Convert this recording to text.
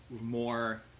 more